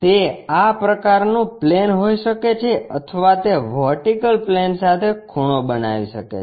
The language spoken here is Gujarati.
તે આ પ્રકારનું પ્લેન હોઈ શકે છે અથવા તે વર્ટિકલ પ્લેન સાથે ખૂણો બનાવી શકે છે